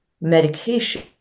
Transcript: medication